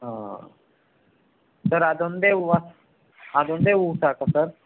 ಹಾಂ ಸರ್ ಅದೊಂದೇ ಹೂವ ಅದೊಂದೇ ಹೂ ಸಾಕಾ ಸರ್